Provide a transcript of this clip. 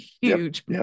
huge